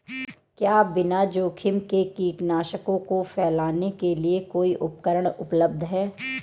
क्या बिना जोखिम के कीटनाशकों को फैलाने के लिए कोई उपकरण उपलब्ध है?